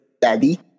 Daddy